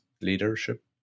leadership